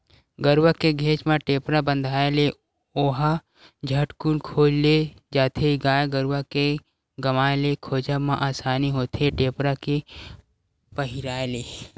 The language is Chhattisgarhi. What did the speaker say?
गरुवा के घेंच म टेपरा बंधाय ले ओला झटकून खोज ले जाथे गाय गरुवा के गवाय ले खोजब म असानी होथे टेपरा के पहिराय ले